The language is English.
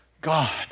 God